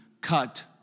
cut